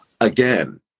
again